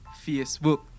Facebook